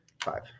five